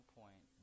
point